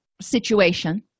situation